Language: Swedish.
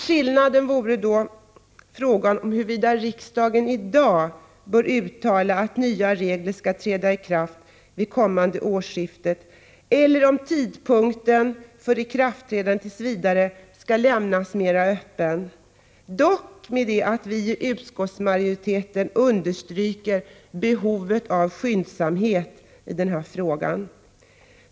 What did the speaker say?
Skillnaden i uppfattningen mellan utskottsmajoriteten och reservanterna är alltså huruvida riksdagen i dag bör uttala att nya regler skall träda i kraft vid kommande årsskifte eller om frågan om tidpunkten för ikraftträdandet tills vidare skall lämnas mer öppen; utskottsmajoriteten understryker dock behovet av skyndsamhet i den här frågan.